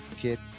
kid